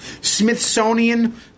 Smithsonian